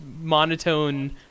monotone